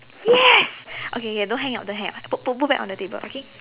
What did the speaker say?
yes okay okay don't hang up don't hang up put put back on the table okay